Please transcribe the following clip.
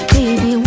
Baby